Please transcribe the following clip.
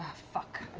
fuck.